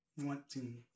wanting